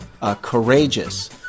courageous